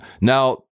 Now